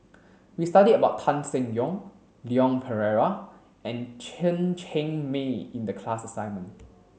we studied about Tan Seng Yong Leon Perera and Chen Cheng Mei in the class assignment